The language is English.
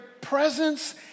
presence